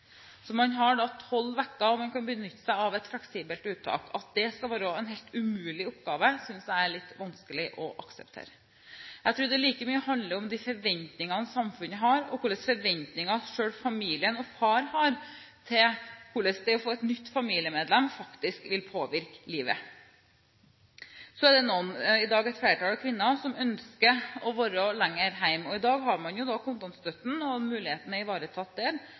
Man har tolv uker, og man kan benytte seg av et fleksibelt uttak. At det skal være en helt umulig oppgave, synes jeg er litt vanskelig å akseptere. Jeg tror det handler like mye om de forventningene samfunnet har, og hva slags forventninger familien selv – og far – har til hvordan det å få et nytt familiemedlem faktisk vil påvirke livet. Så er det noen, i dag et flertall kvinner, som ønsker å være lenger hjemme. I dag har man kontantstøtten – muligheten er ivaretatt der